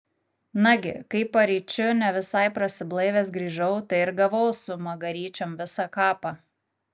nagi kai paryčiu ne visai prasiblaivęs grįžau tai ir gavau su magaryčiom visą kapą